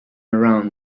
around